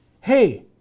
Hey